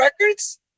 records